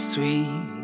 Sweet